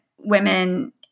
women